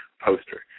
poster